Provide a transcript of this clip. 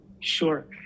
Sure